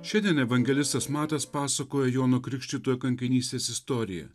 šiandien evangelistas matas pasakoja jono krikštytojo kankinystės istoriją